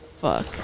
Fuck